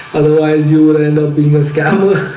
otherwise, you will end up being a scam allah